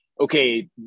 okay